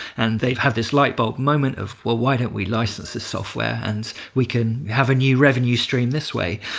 and they've had this light bulb moment of, well, why don't we license the software and we can have a new revenue stream this way?